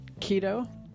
keto